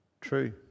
True